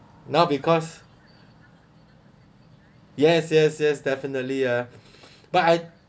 now because yes yes yes definitely ah but I